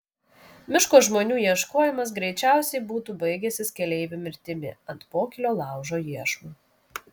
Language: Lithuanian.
miško žmonių ieškojimas greičiausiai būtų baigęsis keleivių mirtimi ant pokylio laužo iešmų